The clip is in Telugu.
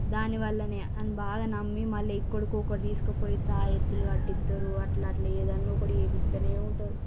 దానివల్లనే అని బాగా నమ్మి మళ్ళీ ఎక్కడికో అక్కడకి తీసుకుపోయి తాయత్తులు కట్టిస్తారు అట్ల అట్ల ఏదైనా ఒకటి చెప్పిస్తూనే ఉంటారు